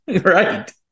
Right